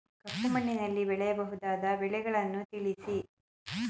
ಕಪ್ಪು ಮಣ್ಣಿನಲ್ಲಿ ಬೆಳೆಯಬಹುದಾದ ಬೆಳೆಗಳನ್ನು ತಿಳಿಸಿ?